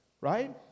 right